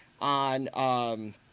on –